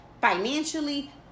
financially